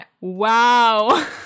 Wow